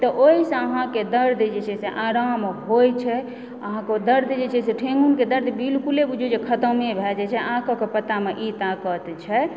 तऽओहिसँ अहाँकेँ दर्द जे छै से आराम होइत छै अहाँकेँ दर्द जे छै से ठेहुनके दर्द बिल्कुल बुझूँ जे खतमे भए जाइत छै आकके पत्तामे ई ताकत छै